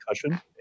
concussion